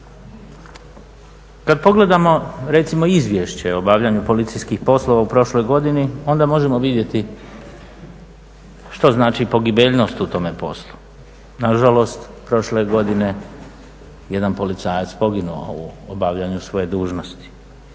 Kada pogledamo recimo izvješće o obavljanju policijskih poslova u prošloj godini onda možemo vidjeti što znači pogibeljnost u tome poslu. Nažalost prošle je godine jedan policajac poginuo u obavljanju svoje dužnosti.